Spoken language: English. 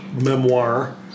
memoir